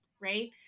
right